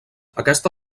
aquesta